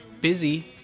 busy